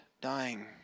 dying